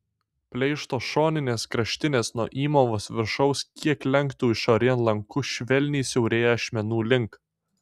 pleišto šoninės kraštinės nuo įmovos viršaus kiek lenktu išorėn lanku švelniai siaurėja ašmenų link